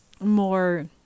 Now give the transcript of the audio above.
more